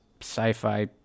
sci-fi